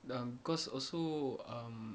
dan cause also um